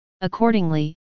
Accordingly